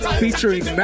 featuring